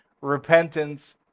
Repentance